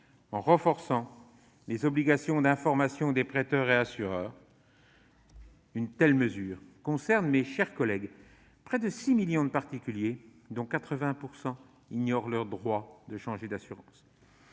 en renforçant les obligations d'information des prêteurs et des assureurs. Une telle mesure concerne, mes chers collègues, près de 6 millions de particuliers, dont 80 % ignorent leur droit de changer d'assurance.